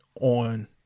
on